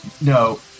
No